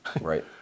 Right